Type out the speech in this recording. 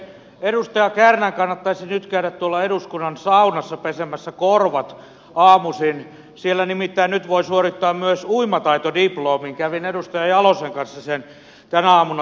edustaja kärnän kannattaisi nyt käydä tuolla eduskunnan saunassa pesemässä korvat aamuisin siellä nimittäin nyt voi suorittaa myös uimataitodiplomin kävin edustaja jalosen kanssa sen tänä aamuna suorittamassa